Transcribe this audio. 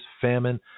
famine